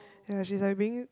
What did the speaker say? ya she's like being